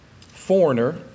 foreigner